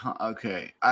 Okay